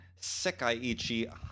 Sekaiichi